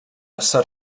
set